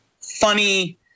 funny